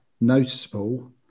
noticeable